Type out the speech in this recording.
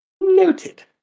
noted